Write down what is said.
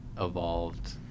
evolved